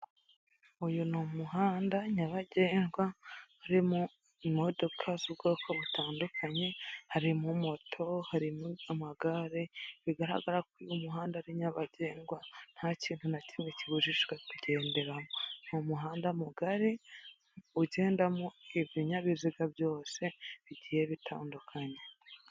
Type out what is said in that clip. Uyu ni umuhanda nyabagendwa urimo imodoka z'ubwoko butandukanye, harimo moto, harimo amagare bigaragara ko uyu muhanda ari nyabagendwa nta kintu na kimwe kibujijwe kugenderamo, ni umuhanda mugari ugendamo ibinyabiziga byose bigiye bitandukanye.